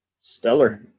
Stellar